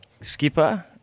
skipper